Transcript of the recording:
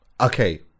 Okay